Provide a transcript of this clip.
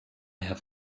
have